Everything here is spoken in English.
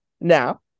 Now